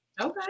Okay